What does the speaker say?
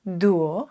duo